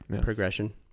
progression